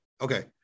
Okay